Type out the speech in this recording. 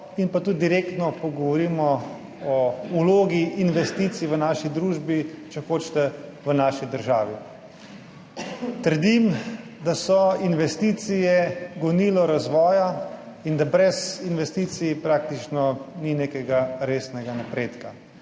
in pa tudi direktno pogovorimo o vlogi investicij v naši družbi, če hočete, v naši državi. Trdim, da so investicije gonilo razvoja in da brez investicij praktično ni nekega resnega napredka,